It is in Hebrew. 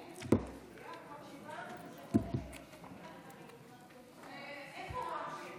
נכריז על התוצאות: בעד, 14 חברי כנסת,